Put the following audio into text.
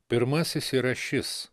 pirmasis yra šis